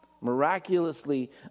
miraculously